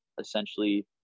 Essentially